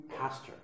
pastor